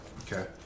Okay